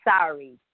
sorry